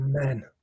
Amen